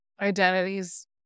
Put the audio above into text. identities